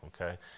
Okay